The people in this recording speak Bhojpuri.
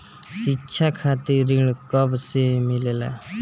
शिक्षा खातिर ऋण कब से मिलेला?